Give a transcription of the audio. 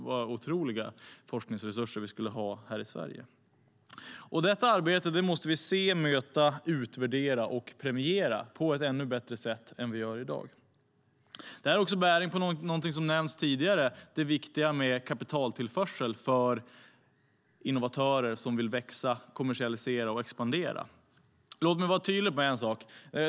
Vilka otroliga forskningsresurser vi då skulle ha i Sverige. Detta arbete måste vi se, möta, utvärdera och premiera på ett ännu bättre sätt än vi gör i dag. Detta har också bäring på någonting som har nämnts tidigare, nämligen det viktiga med kapitaltillförsel för innovatörer som vill växa, kommersialisera och expandera. Låt mig vara tydlig med en sak.